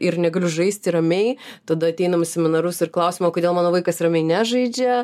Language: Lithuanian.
ir negaliu žaisti ramiai tada ateinam į seminarus ir klausiam o kodėl mano vaikas ramiai nežaidžia